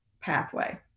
pathway